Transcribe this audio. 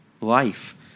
life